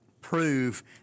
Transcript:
prove